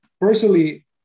personally